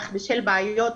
אך בשל בעיות,